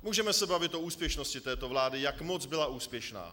Můžeme se bavit o úspěšnosti této vlády, jak moc byla úspěšná.